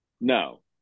No